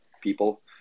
people